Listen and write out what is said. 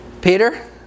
Peter